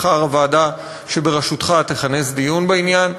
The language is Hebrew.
מחר הוועדה שבראשותך תכנס דיון בעניין,